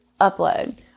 upload